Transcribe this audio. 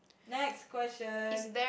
next question